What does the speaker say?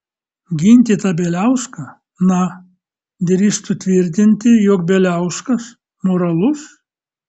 ginti tą bieliauską na drįstų tvirtinti jog bieliauskas moralus